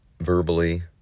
verbally